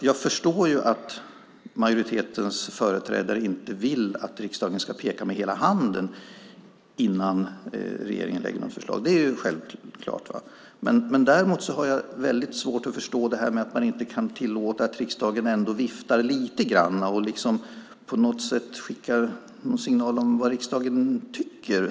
Jag förstår att majoritetens företrädare inte vill att riksdagen ska peka med hela handen innan regeringen lägger fram ett förslag, det är självklart. Däremot har jag svårt att förstå att man inte kan tillåta att riksdagen ändå viftar lite grann och på något sätt lite försiktigt skickar en signal om vad riksdagen tycker.